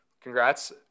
congrats